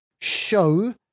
show